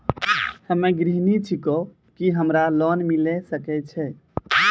हम्मे गृहिणी छिकौं, की हमरा लोन मिले सकय छै?